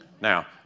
Now